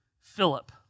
Philip